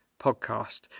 podcast